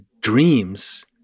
dreams